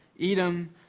Edom